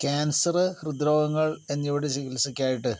cancer ഹൃദ്രോഗങ്ങൾ എന്നിവയുടെ ചികിത്സക്കായിട്ട്